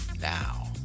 Now